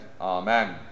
Amen